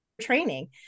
training